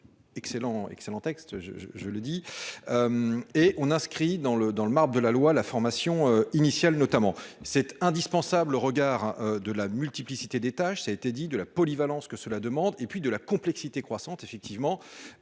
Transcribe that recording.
excellent texte je je le dis. Et on inscrit dans le dans le marbre de la loi. La formation initiale notamment cette indispensable au regard de la multiplicité des tâches. Ça a été dit de la polyvalence que cela demande et puis de la complexité croissante effectivement.